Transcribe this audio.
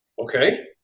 okay